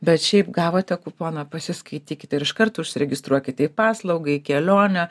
bet šiaip gavote kuponą pasiskaitykit ir iškart užsiregistruokite į paslaugą į kelionę